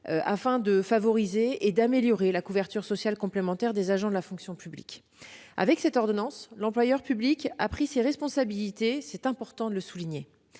afin de favoriser et d'améliorer la couverture sociale complémentaire des agents de la fonction publique. Avec cette ordonnance, l'employeur public a pris ses responsabilités- il est important de le souligner.